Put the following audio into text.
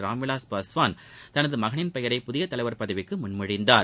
ராம்விலாஸ் பாஸ்வான் தனது மகனின் பெயரை புதிய தலைவர் பதவிக்கு முன்மொழிந்தார்